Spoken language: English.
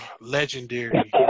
Legendary